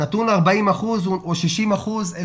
הנתון 40 אחוזים או 60 אחוזים,